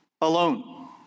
alone